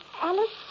Alice